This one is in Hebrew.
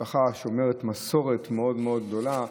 משפחה שומרת מסורת מאוד מאוד גדולה,